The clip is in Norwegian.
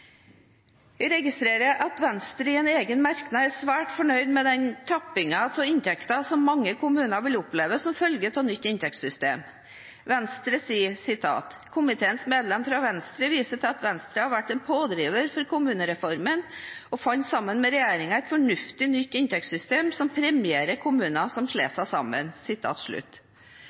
Jeg registrerer at Venstre i en egen merknad er svært fornøyd med den tappingen av inntekter som mange kommuner vil oppleve som følge av nytt inntektssystem. Komiteens medlem fra Venstre viser til at Venstre har vært en «pådriver for kommunereformen og fant sammen med regjeringen fram til et fornuftig nytt inntektssystem som premierer små kommuner som slår seg sammen».